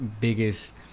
biggest